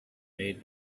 made